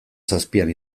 zazpian